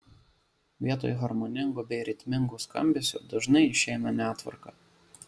vietoj harmoningo bei ritmingo skambesio dažnai išeina netvarka